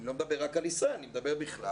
אני לא מדבר רק על ישראל אלא אני מדבר בכלל,